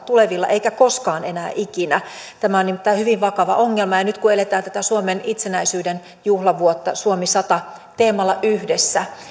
tulevilla eikä koskaan enää ikinä tämä on nimittäin hyvin vakava ongelma nyt kun eletään tätä suomen itsenäisyyden juhlavuotta suomi sadalla teemalla yhdessä